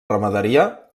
ramaderia